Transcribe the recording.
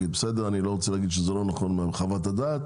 אני לא רוצה להגיד שזה לא נכון מול חוות הדעת